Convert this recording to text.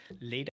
later